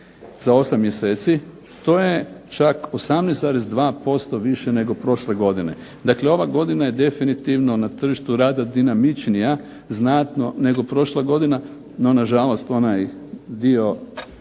za 8 mjeseci. To je čak 18,2% više nego prošle godine. Dakle, ova godina je definitivno na tržištu rada dinamičnija znatno nego prošla godina no nažalost onaj dio